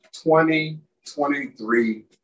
2023